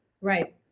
right